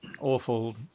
awful